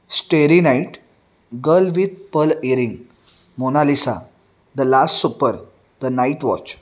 starry night girl with pearl earring mona lisa the last supper the night watch